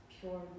pure